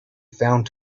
found